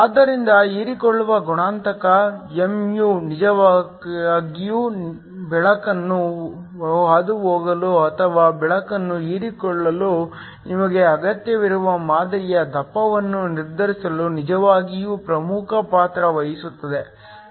ಆದ್ದರಿಂದ ಹೀರಿಕೊಳ್ಳುವ ಗುಣಾಂಕ mu ನಿಜವಾಗಿಯೂ ಬೆಳಕನ್ನು ಹಾದುಹೋಗಲು ಅಥವಾ ಬೆಳಕನ್ನು ಹೀರಿಕೊಳ್ಳಲು ನಿಮಗೆ ಅಗತ್ಯವಿರುವ ಮಾದರಿಯ ದಪ್ಪವನ್ನು ನಿರ್ಧರಿಸುವಲ್ಲಿ ನಿಜವಾಗಿಯೂ ಪ್ರಮುಖ ಪಾತ್ರ ವಹಿಸುತ್ತದೆ